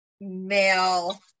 male